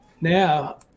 now